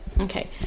Okay